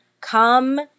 come